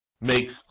makes